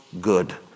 good